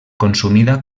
consumida